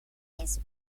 his